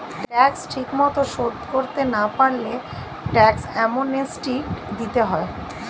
tax ঠিকমতো শোধ করতে না পারলে ট্যাক্স অ্যামনেস্টি দিতে হয়